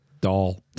doll